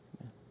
Amen